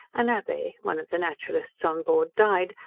an abbe, one of the naturalists on board, died,